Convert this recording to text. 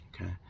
okay